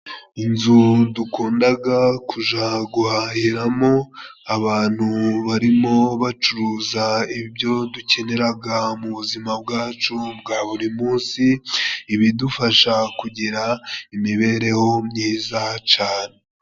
Inzu dukundaga kuja guhahiramo, abantu barimo bacuruza ibyo dukeneraga mu buzima bwacu bwa buri munsi, ibidufasha kugira imibereho myiza cane.